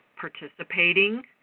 participating